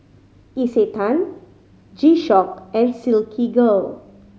Isetan G Shock and Silkygirl